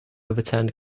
overturned